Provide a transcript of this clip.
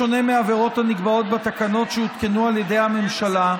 בשונה מעבירות הנקבעות בתקנות שהותקנו על ידי הממשלה,